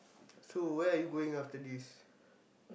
so where are you going after this